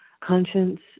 conscience